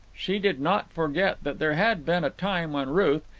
she did not forget that there had been a time when ruth,